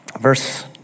Verse